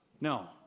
No